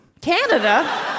Canada